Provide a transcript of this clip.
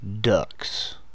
ducks